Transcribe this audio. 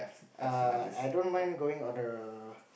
err I don't mind going on a